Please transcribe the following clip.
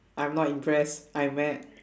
I'm not impressed I'm mad